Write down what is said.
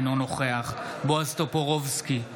אינו נוכח בועז טופורובסקי,